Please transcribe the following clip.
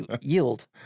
Yield